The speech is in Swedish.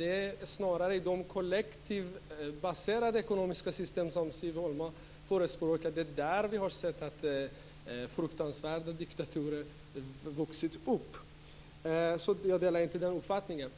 Det är snarare inom de kollektivbaserade ekonomiska system som Siw Holma förespråkar som vi har sett att fruktansvärda diktaturer vuxit upp, så jag delar inte den uppfattningen.